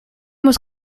was